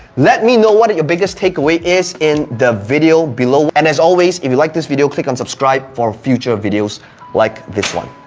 let me know what your biggest takeaway is in the video below. and as always, if you liked this video, click on subscribe for future videos like this one.